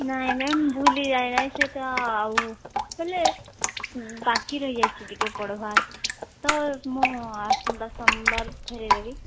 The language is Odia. ନାଇଁ ମ୍ୟାମ୍ ଭୁଲି ଯାଇ ନାଇଁ ସେଇଟା ଆଉ ବୋଲେ ବାକି ରହିଯାଇଛି ଟିକେ ପଢ଼ିବାର ତ ମୁଁ ଆସନ୍ତା ସୋମବାର ଫେରେଇ ଦେବି